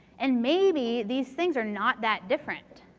and maybe these things are not that different.